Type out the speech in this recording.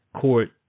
court